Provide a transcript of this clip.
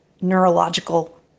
neurological